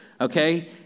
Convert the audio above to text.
Okay